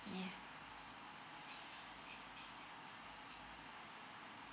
yeah